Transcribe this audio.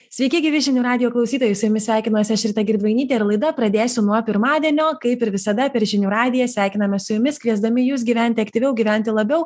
sveiki gyvi žinių radijo klausytojai su jumis sveikinasi aš rita girdvainytė ir laida pradėsiu nuo pirmadienio kaip ir visada per žinių radiją sveikinamės su jumis kviesdami jus gyventi aktyviau gyventi labiau